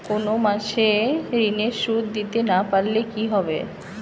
কোন মাস এ ঋণের সুধ দিতে না পারলে কি হবে?